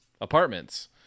apartments